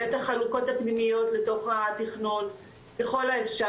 ואת החלוקות הפנימיות לתוך התכנון ככל האפשר,